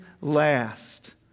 last